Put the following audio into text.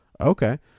Okay